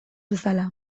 bezala